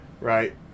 right